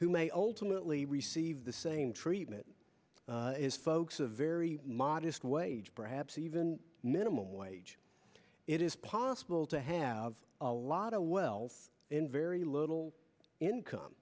who may ultimately receive the same treatment is folks a very modest wage perhaps even minimum wage it is possible to have a lot of wealth in very little income